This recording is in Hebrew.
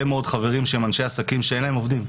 מאוד חברים שהם אנשי עסקים שאין להם עובדים.